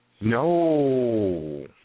No